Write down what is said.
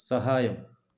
സഹായം